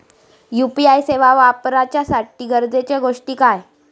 UPI सेवा वापराच्यासाठी गरजेचे गोष्टी काय?